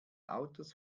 autos